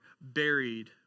buried